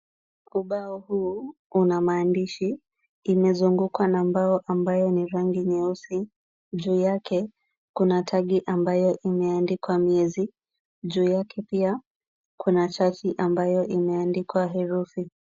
Ubao huu una maandishi imezungukwa na mbao ambayo ni rangi nyeusi. Juu yake kuna tagi ambayo imeandikwa miezi, juu yake pia kuna chati ambayo imeandikwa herufi.